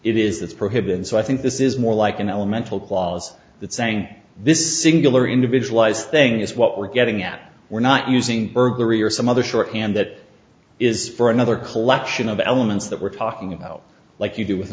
it is that's prohibited so i think this is more like an elemental clause that saying this singular individualized thing is what we're getting at we're not using burglary or some other shorthand that is for another collection of elements that we're talking about like you do with a